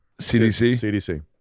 CDC